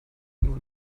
nur